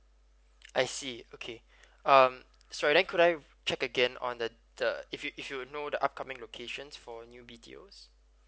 I see okay um sorry then could I check again on the the if you if you know the upcoming locations for new B_T_O